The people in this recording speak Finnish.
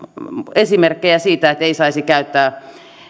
esimerkkejä siitä ettei saisi käyttää